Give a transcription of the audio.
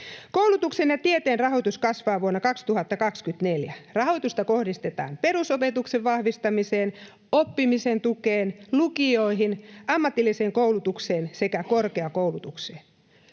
Koulutuksen ja tieteen rahoitus kasvaa vuonna 2024. Rahoitusta kohdistetaan perusopetuksen vahvistamiseen, oppimisen tukeen, lukioihin, ammatilliseen koulutukseen sekä korkeakoulutukseen